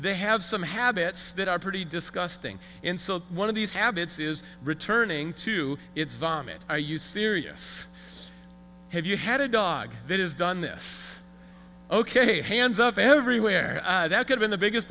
they have some habits that are pretty disgusting insult one of these habits is returning to its vomit are you serious have you had a dog that has done this ok hands up everywhere that had been the biggest